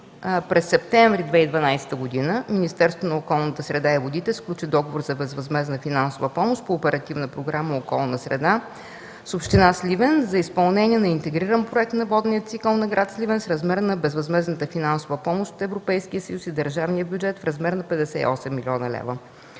През септември 2012 г. Министерството на околната среда и водите сключи договор за безвъзмездна финансова помощ по Оперативна програма „Околна среда” с община Сливен за изпълнение на интегриран проект на водния цикъл на гр. Сливен в размер на безвъзмездната финансова помощ от Европейския съюз и държавния бюджет в размер на 58 млн. лв.